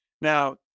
now